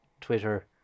Twitter